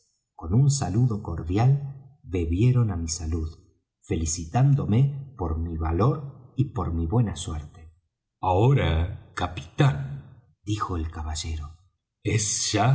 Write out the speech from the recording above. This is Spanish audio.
con un saludo cordial bebieran á mi salud felicitándome por mi valor y por mi buena suerte ahora capitán dijo el caballero es ya